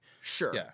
Sure